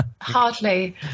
Hardly